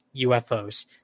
UFOs